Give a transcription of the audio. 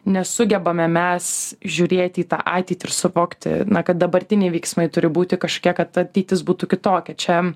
nesugebame mes žiūrėti į tą ateitį ir suvokti kad dabartiniai veiksmai turi būti kažkiek kad ateitis būtų kitokia čia